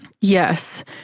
yes